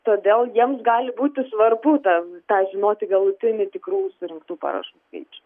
todėl jiems gali būti svarbu ten tą žinoti galutinį tikrų surinktų parašų skaičių